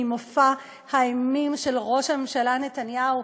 ממופע האימים של ראש הממשלה נתניהו,